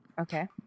Okay